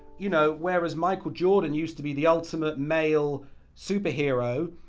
you know whereas michael jordan used to be the ultimate male superhero